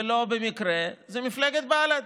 ולא במקרה, זה מפלגת בל"ד.